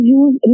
use